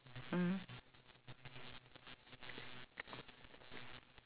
ya the yellow rice is very nice